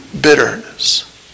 bitterness